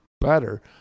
better